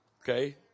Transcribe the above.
Okay